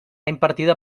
impartida